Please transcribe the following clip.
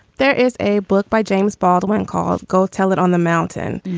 there is a book by james baldwin called go tell it on the mountain.